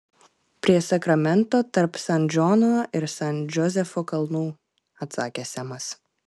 prie sakramento tarp san džono ir san džozefo kalnų atsakė semas